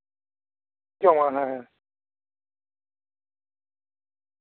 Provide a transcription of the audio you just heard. ᱡᱚᱢᱟᱭ ᱦᱮᱸ ᱦᱮᱸ